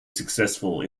successful